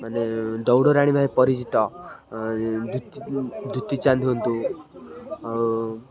ମାନେ ଦୌଡ଼ ରାଣି ଭାବେ ପରିଚିତ ଦୁତି ଚାନ୍ଦ୍ ହୁଅନ୍ତୁ ଆଉ